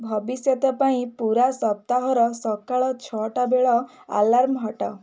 ଭବିଷ୍ୟତ ପାଇଁ ପୂରା ସପ୍ତାହର ସକାଳ ଛଅଟାବେଳ ଆଲାର୍ମ ହଟାଅ